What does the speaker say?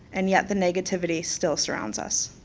and yet, the negativity still surrounds us.